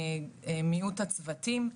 מיעוט הצוותים,